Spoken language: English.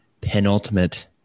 penultimate